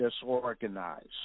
disorganized